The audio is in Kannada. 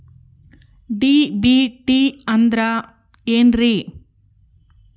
ಡಿ.ಬಿ.ಟಿ ಅಂದ್ರ ಏನ್ರಿ?